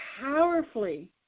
powerfully